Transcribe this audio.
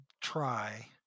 try